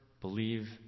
believe